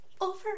Over